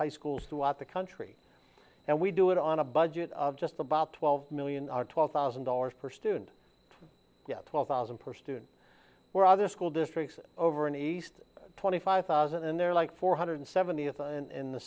high schools throughout the country and we do it on a budget of just about twelve million or twelve thousand dollars per student yep twelve thousand per student were other school districts over in east twenty five thousand and they're like four hundred seventy thousand in the